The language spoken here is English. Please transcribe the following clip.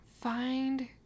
Find